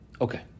Okay